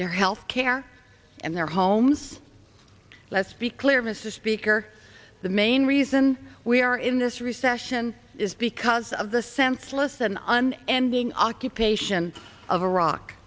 their health care and their homes let's be clear mr speaker the main reason we are in this recession is because of the senseless and and ending occupation of iraq